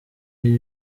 niyo